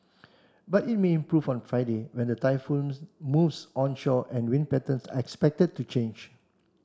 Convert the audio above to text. but it may improve on Friday when the typhoon moves onshore and wind patterns are expected to change